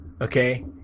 Okay